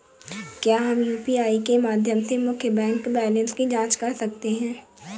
क्या हम यू.पी.आई के माध्यम से मुख्य बैंक बैलेंस की जाँच कर सकते हैं?